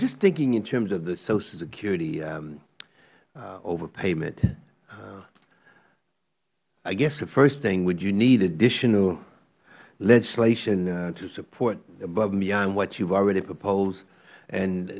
just thinking in terms of the social security overpayment i guess the first thing would you need additional legislation to support above and beyond what you have already proposed and